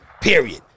Period